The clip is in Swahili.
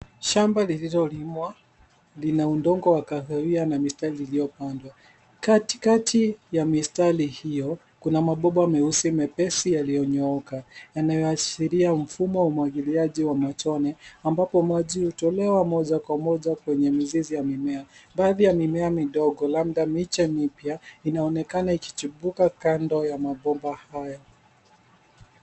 Shamba lililolimwa lina udongo wa kahawia na mistari iliyopandwa. Katikati ya mistari hiyo kuna mabomba meusi mepesi yaliyonyooka, yanayoashiria mfumo wa umwagiliaji wa matone ambapo maji hutolewa moja kwa moja kwenye mizizi ya mimea. Baadhi ya mimea midogo labda miche mipya inaonekana ikichibuka kando ya mabomba hayo.